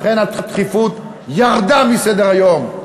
לכן הדחיפות ירדה מסדר-היום.